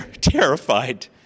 terrified